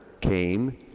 came